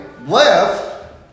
Left